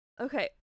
Okay